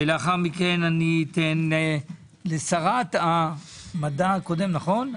ולאחר מכן אתן לשרת המדע הקודמת,